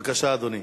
בבקשה, אדוני.